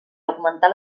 augmentar